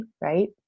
right